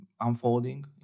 unfolding